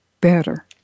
better